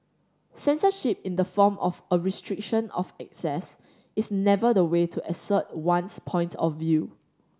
censorship in the form of a restriction of access is never the way to assert one's point of view